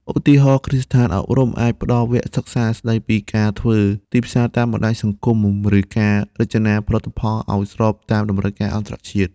ឧទាហរណ៍ គ្រឹះស្ថានអប់រំអាចផ្តល់វគ្គសិក្សាស្តីពីការធ្វើទីផ្សារតាមបណ្តាញសង្គម ឬការរចនាផលិតផលឱ្យស្របតាមតម្រូវការអន្តរជាតិ។